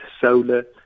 solar